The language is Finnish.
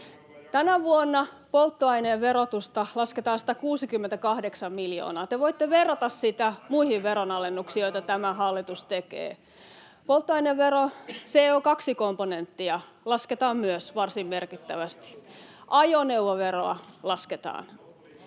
Tänä vuonna polttoaineen verotusta lasketaan 168 miljoonaa. Te voitte verrata sitä muihin veronalennuksiin, joita tämä hallitus tekee. Myös polttoaineveron CO2-komponenttia lasketaan varsin merkittävästi. Ajoneuvoveroa lasketaan.